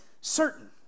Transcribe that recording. certain